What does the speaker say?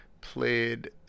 played